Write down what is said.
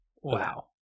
Wow